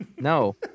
No